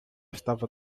estava